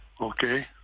Okay